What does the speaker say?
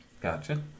Gotcha